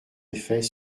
effet